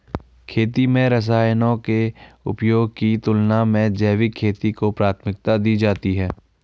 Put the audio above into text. खेती में रसायनों के उपयोग की तुलना में जैविक खेती को प्राथमिकता दी जाती है